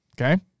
Okay